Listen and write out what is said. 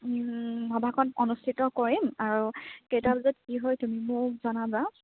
সভাখন অনুষ্ঠিত কৰিম আৰু কেইটা বজাত কি হয় তুমি মোক জনাবা